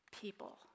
people